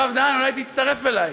הרב בן-דהן, אולי תצטרף אלי: